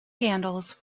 candles